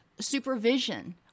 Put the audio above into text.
supervision